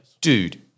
Dude